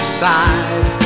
side